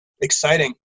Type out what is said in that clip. exciting